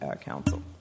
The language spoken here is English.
Council